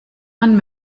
man